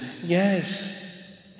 yes